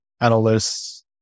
analysts